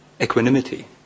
equanimity